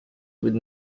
with